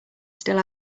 still